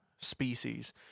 species